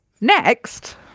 Next